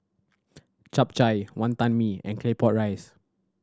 Chap Chai Wonton Mee and Claypot Rice